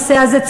בנושא הזה,